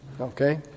Okay